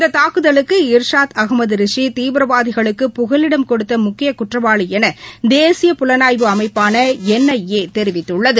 இந்தக் தாக்குதலுக்கு இர்ஷாத் அகமது ரிஷி தீவிரவாதிகளுக்கு புகலிடம் கொடுத்த முக்கிய குற்றவாளி என தேசிய புலனாய்வு அமைப்பான என் ஐ ஏ தெரிவித்துள்ளது